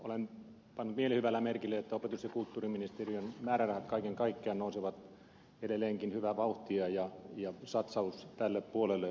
olen pannut mielihyvällä merkille että opetus ja kulttuuriministeriön määrärahat kaiken kaikkiaan nousevat edelleenkin hyvää vauhtia ja satsaus tälle puolelle on merkittävä